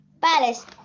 palace